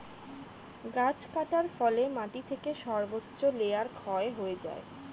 গাছ কাটার ফলে মাটি থেকে সর্বোচ্চ লেয়ার ক্ষয় হয়ে যায়